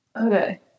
Okay